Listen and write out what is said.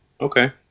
Okay